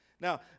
Now